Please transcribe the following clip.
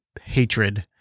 hatred